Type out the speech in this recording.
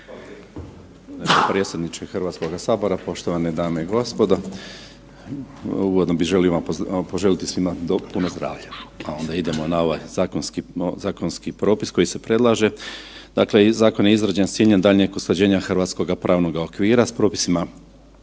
hrvatskoga pravnoga okvira s propisima